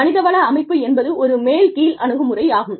மனிதவள அமைப்பு என்பது ஒரு மேல் கீழ் அணுகுமுறையாகும்